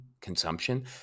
consumption